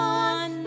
on